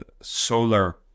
solar